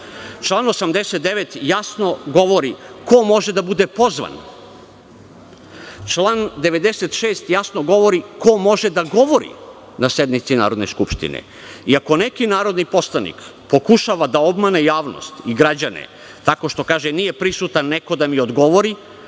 član 89. jasno govori ko može da bude pozvan, član 96. jasno govori ko može da govori na sednici Narodne skupštine i ako neki narodni poslanik pokušava da obmane javnost i građane tako što kaže – nije prisutan neko da mi odgovori,